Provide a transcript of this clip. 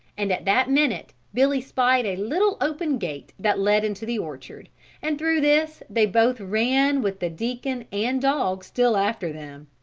and at that minute billy spied a little open gate that led into the orchard and through this they both ran with the deacon and dog still after them.